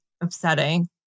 upsetting